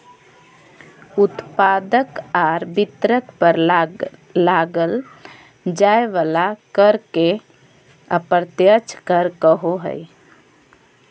उत्पादक आर वितरक पर लगाल जाय वला कर के अप्रत्यक्ष कर कहो हइ